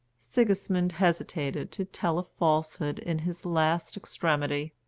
sigismund hesitated to tell a falsehood in his last extremity.